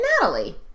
Natalie